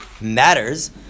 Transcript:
matters